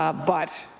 ah but